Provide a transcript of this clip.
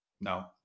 no